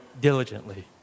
diligently